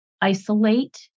isolate